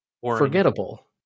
forgettable